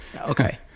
Okay